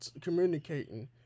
communicating